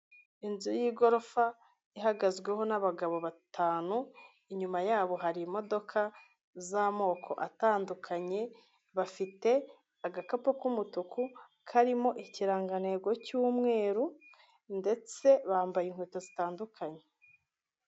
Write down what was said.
Inzu y'igorofa ihagazweho n'abagabo batanu inyuma yabo hari imodoka z'amoko atandukanye bafite agakapu k'umutuku karimo ikirangantego cy'umweru ndetse bambaye inkweto zitandukanye.